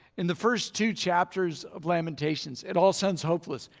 in the first two chapters of lamentations, it all sounds hopeless.